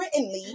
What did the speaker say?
writtenly